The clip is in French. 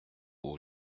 haut